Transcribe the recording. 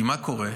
כי מה קורה?